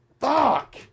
Fuck